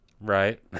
Right